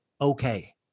okay